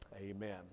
amen